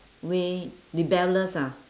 way rebellious ah